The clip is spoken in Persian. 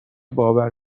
باور